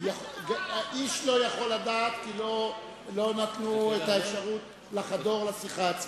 איש לא יכול לדעת כי לא נתנו את האפשרות לחדור לשיחה עצמה.